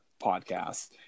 podcast